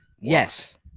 Yes